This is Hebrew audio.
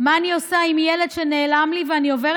מה אני עושה עם ילד שנעלם לי ואני עוברת